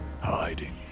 Hiding